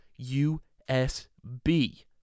USB